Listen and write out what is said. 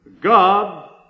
God